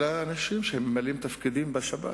אלא אנשים שממלאים תפקידים בשב"כ,